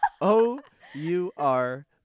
O-U-R